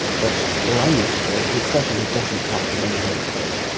but all i need to show is that it certainly doesn't come from any holy book.